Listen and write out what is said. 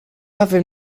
avem